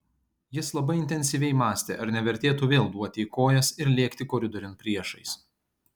jis labai intensyviai mąstė ar nevertėtų vėl duoti į kojas ir lėkti koridoriun priešais